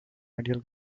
ideal